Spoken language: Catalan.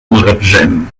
magatzem